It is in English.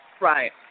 Right